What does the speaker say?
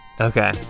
okay